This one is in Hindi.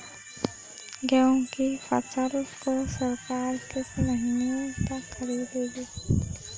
गेहूँ की फसल को सरकार किस महीने तक खरीदेगी?